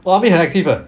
我 army 很 active 的